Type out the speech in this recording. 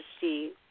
see